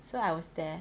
so I was there